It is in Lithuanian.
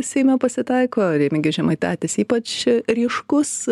seime pasitaiko remigijus žemaitaitis ypač ryškus